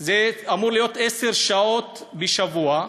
אמור להיות עשר שעות בשבוע,